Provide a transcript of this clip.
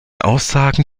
aussagen